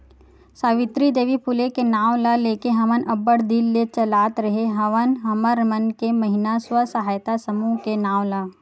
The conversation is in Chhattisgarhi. सावित्री देवी फूले के नांव ल लेके हमन अब्बड़ दिन ले चलात रेहे हवन हमर मन के महिना स्व सहायता समूह के नांव ला